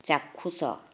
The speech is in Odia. ଚାକ୍ଷୁଷ